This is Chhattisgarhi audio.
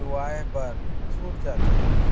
लुवाए बर छूट जाथे